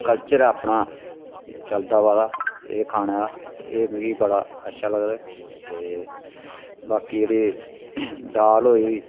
culture ऐ अपना चलदा आवा दा एह् खाने दा ते एह् मिगी बड़ा अच्छा लगदा ते बाकी जेह्ड़ी दाल होई